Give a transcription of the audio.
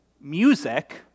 Music